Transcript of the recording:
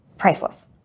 priceless